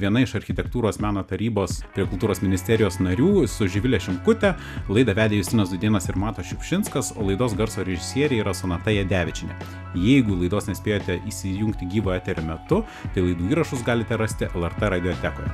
viena iš architektūros meno tarybos prie kultūros ministerijos narių su živile šimkute laidą vedė justinas dūdėnas ir matas šiupšinskas o laidos garso režisieriai yra sonata jadevičienė jeigu laidos nespėjote įsijungti gyvo eterio metu taigi įrašus galite rasti lrt radiotekoje